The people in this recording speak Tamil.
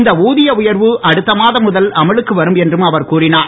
இந்த ஊதிய உயர்வு அடுத்த மாதம் முதல் அமலுக்கு வரும் என்றும் அவர் கூறினார்